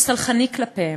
הוא סלחני כלפיהם,